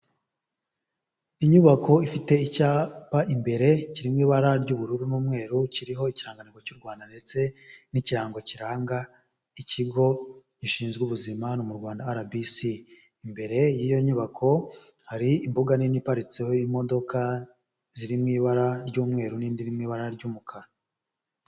Inyubako ifite icyapa imbere, kirimo ibara ry'ubururu, n'umweru, kiriho ikiranganirwa cy'u rwanda ndetse n'ikirango kiranga ikigo gishinzwe ubuzima hano mu Rwanda arabisi imbere y'iyo nyubako hari imbuga nini iparitseho imodoka ziririmo ibara ry'umweru, n'indirimo ibara ry'umukara.